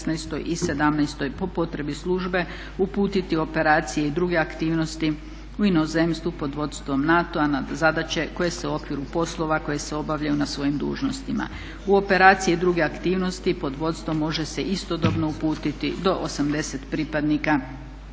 U operacije i druge aktivnosti pod vodstvom može se istodobno uputiti do 80 pripadnika